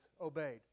obeyed